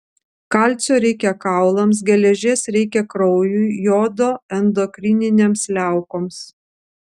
kalcio reikia kaulams geležies reikia kraujui jodo endokrininėms liaukoms